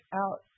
out